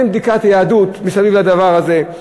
אין בדיקת יהדות מסביב לדבר הזה,